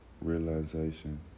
realization